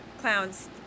clowns